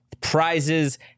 Prizes